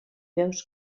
veus